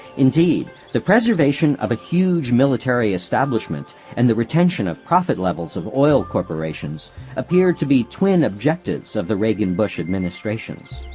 indeed, the preservation of a huge military establishment and the retention of profit levels of oil corporations appeared to be twin objectives of the reagan-bush administrations.